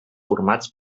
formats